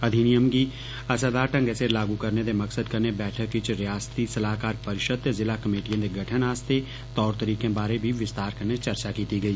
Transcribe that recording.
अधिनियम गी असरदार ग्गै सिर लागू करने दे मकसद कन्नै बैठक च रियासती सलाहकार परिषद ते ज़िला कमेटियें दे गठन आस्तै तौर तरीकें बारै बी विस्तार कन्नै चर्चा कीती गेई